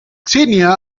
xenia